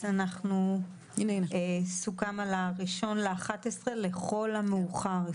צה"ל סוכם על 1 בנובמבר 2022 לכל המאוחר.